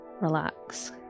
relax